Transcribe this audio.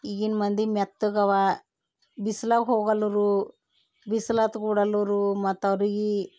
ಈಗಿನ ಮಂದಿ ಮೆತ್ತಗವ ಬಿಸ್ಲಾಗ ಹೋಗೊಲ್ಲೂರು ಬಿಸ್ಲಾತ್ ಕೂಡಲೂರು ಮತ್ತು ಅವ್ರಿಗೆ